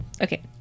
okay